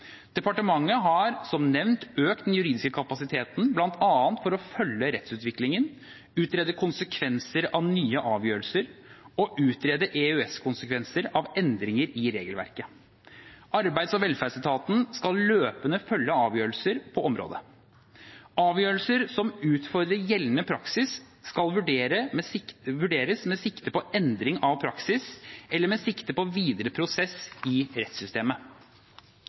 Departementet har som nevnt økt den juridiske kapasiteten, bl.a. for å følge rettsutviklingen, utrede konsekvenser av nye avgjørelser og utrede EØS-konsekvenser av endringer i regelverket. Arbeids- og velferdsetaten skal løpende følge avgjørelser på området. Avgjørelser som utfordrer gjeldende praksis, skal vurderes med sikte på endring av praksis, eller med sikte på videre prosess i rettssystemet.